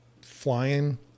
Flying